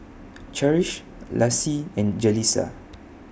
Cherish Laci and Jaleesa